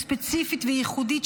ספציפית וייחודית,